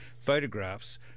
photographs